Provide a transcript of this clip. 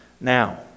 now